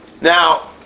Now